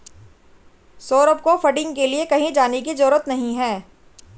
सौरभ को फंडिंग के लिए कहीं जाने की जरूरत नहीं है